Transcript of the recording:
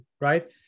right